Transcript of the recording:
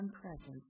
Presence